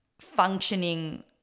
functioning